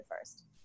First